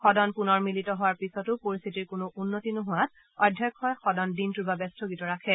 সদন পুনৰ মিলিত হোৱাৰ পিছতো পৰিস্থিতিৰ কোনো উন্নতি নোহোৱাত অধ্যক্ষই সদন দিনটোৰ বাবে স্থগিত ৰাখে